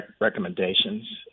recommendations